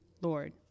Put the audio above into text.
Lord